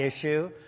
issue